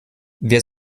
wer